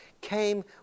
came